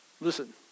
Listen